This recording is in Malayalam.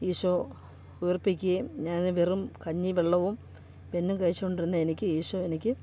ഈശോ ഉയർപ്പിക്കുകയും ഞാൻ വെറും കഞ്ഞീം വെള്ളവും ബന്നും കഴിച്ചോണ്ടിരുന്ന എനിക്ക് ഈശോ എനിക്ക്